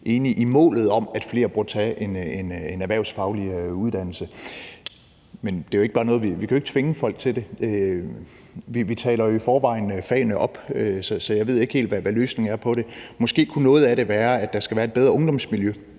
i målet om, at flere burde tage en erhvervsfaglig uddannelse. Men vi kan jo ikke tvinge folk til det. Vi taler jo i forvejen fagene op, så jeg ved ikke helt, hvad løsningen er på det. Måske kunne noget af det være, at der skal være et bedre studiemiljø